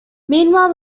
meanwhile